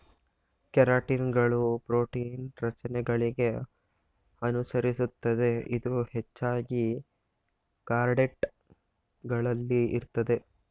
ಕೆರಾಟಿನ್ಗಳು ಪ್ರೋಟೀನ್ ರಚನೆಗಳಿಗೆ ಅನುಸರಿಸುತ್ತದೆ ಇದು ಹೆಚ್ಚಾಗಿ ಕಾರ್ಡೇಟ್ ಗಳಲ್ಲಿ ಇರ್ತದೆ